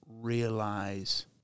realize